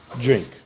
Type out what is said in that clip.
drink